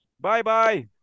Bye-bye